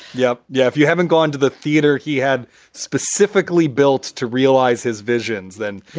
yeah. yeah. if you haven't gone to the theater he had specifically built to realize his visions then.